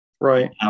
Right